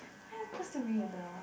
how you supposed to ring a bell